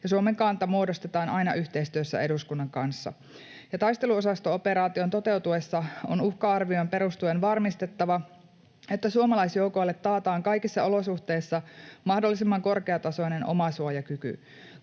ja Suomen kanta muodostetaan aina yhteistyössä eduskunnan kanssa. Taisteluosasto-operaation toteutuessa on uhka-arvioon perustuen varmistettava, että suomalaisjoukoille taataan kaikissa olosuhteissa mahdollisimman korkeatasoinen omasuojakyky.